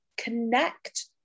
connect